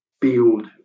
build